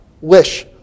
Wish